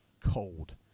cold